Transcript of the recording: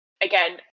again